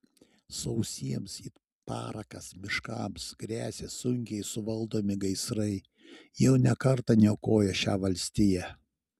sausiems it parakas miškams gresia sunkiai suvaldomi gaisrai jau ne kartą niokoję šią valstiją